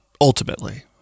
Ultimately